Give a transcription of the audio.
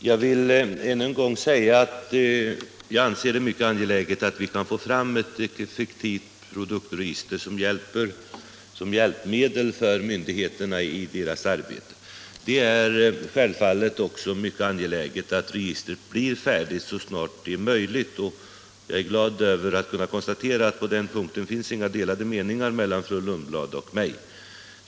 Herr talman! Jag vill ännu en gång säga att jag anser det mycket angeläget att vi kan få fram ett effektivt produktregister som hjälpmedel för myndigheterna i deras arbete. Det är självfallet också mycket angeläget att registret blir färdigt så snart det är möjligt. Jag är glad över att kunna konstatera att det på den punkten inte finns några delade meningar mellan fru Lundblad och mig.